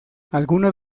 algunos